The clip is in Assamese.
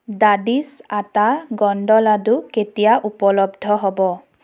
দাদিছ আটা গণ্ড লাড়ু কেতিয়া উপলব্ধ হ'ব